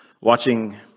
watching